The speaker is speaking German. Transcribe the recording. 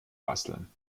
basteln